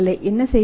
என்ன செய்வது